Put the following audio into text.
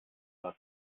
lag